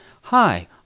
hi